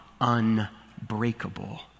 unbreakable